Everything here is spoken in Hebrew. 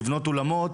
לבנות אולמות,